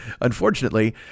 unfortunately